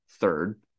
Third